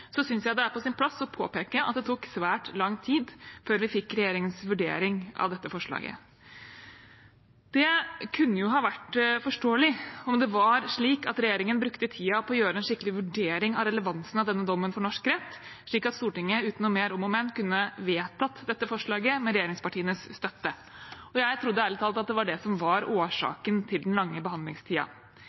jeg det er på sin plass å påpeke at det tok svært lang tid før vi fikk regjeringens vurdering av dette forslaget. Det kunne jo ha vært forståelig om det var slik at regjeringen brukte tiden på å gjøre en skikkelig vurdering av relevansen av denne dommen for norsk rett, slik at Stortinget uten noe mer om og men kunne vedtatt dette forslaget med regjeringspartienes støtte. Jeg trodde ærlig talt at det var det som var årsaken til den lange